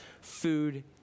food